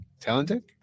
talented